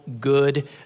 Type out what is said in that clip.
good